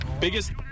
biggest